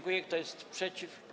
Kto jest przeciw?